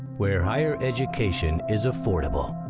where higher education is affordable,